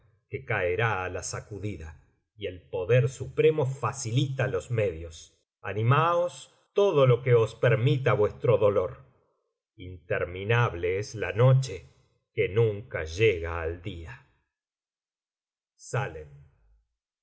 que caerá á la sacudida y el poder supremo facilita los medios animaos todo lo que os permita vuestro dolor interminable es la noche que nunca llega al día